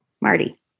Marty